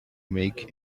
make